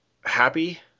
happy